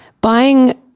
buying